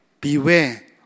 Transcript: Beware